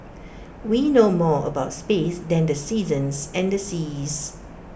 we know more about space than the seasons and the seas